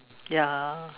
ya